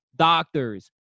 doctors